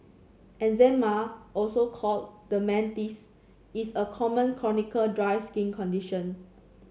eczema also called dermatitis is a common chronic dry skin condition